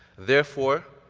therefore,